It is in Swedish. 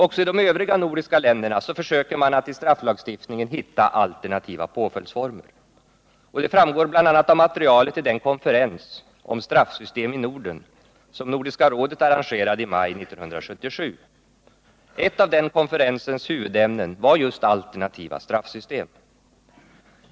Också i de övriga nordiska länderna försöker man i strafflagstiftningen hitta alternativa påföljdsformer. Det framgår bl.a. av materialet till den konferens om straffsystem i Norden som Nordiska rådet arrangerade i maj 1977. Ett av den konferensens huvudämnen var just alternativa straffsystem.